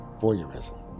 voyeurism